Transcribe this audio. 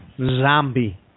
zombie